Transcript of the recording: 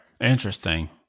Interesting